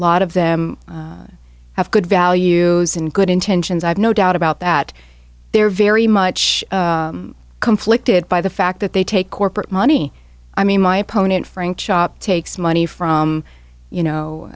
lot of them have good values and good intentions i have no doubt about that they're very much conflicted by the fact that they take corporate money i mean my opponent frank shop takes money from you